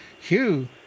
Hugh